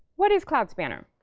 what is cloud spanner?